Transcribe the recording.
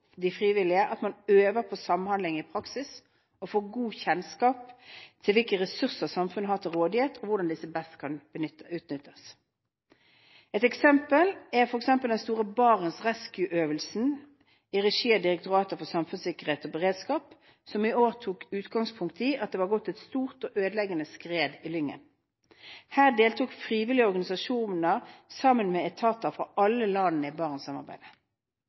de frivillige, at man øver på samhandling i praksis og får god kjennskap til hvilke ressurser samfunnet har til rådighet og hvordan disse best kan utnyttes. Et eksempel er den store Barents Rescue-øvelsen i regi av Direktoratet for samfunnssikkerhet og beredskap, som i år tok utgangspunkt i at det var gått et stort og ødeleggende skred i Lyngen. Her deltok frivillige organisasjoner sammen med etater fra alle landene i Barentssamarbeidet.